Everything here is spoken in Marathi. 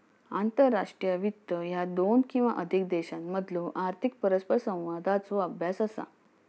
आंतरराष्ट्रीय वित्त ह्या दोन किंवा अधिक देशांमधलो आर्थिक परस्परसंवादाचो अभ्यास असा